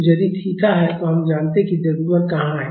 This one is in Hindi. तो यदि थीटा है तो हम जानते हैं कि द्रव्यमान कहाँ है